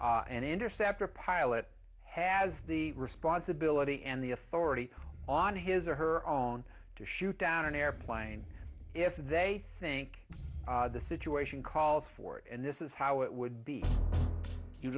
true and interceptor pilot has the responsibility and the authority on his or her own to shoot down an airplane if they think the situation calls for it and this is how it would be you